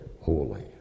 holy